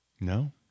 No